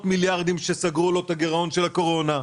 מיליארדים שסגרו לו את הגירעון של הקורונה,